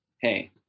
hey